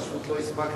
פשוט לא הספקתי.